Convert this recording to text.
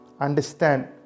understand